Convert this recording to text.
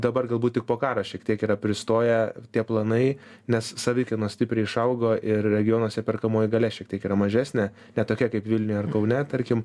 dabar galbūt tik po karo šiek tiek yra pristoję tie planai nes savikaina stipriai išaugo ir regionuose perkamoji galia šiek tiek yra mažesnė ne tokia kaip vilniuje ar kaune tarkim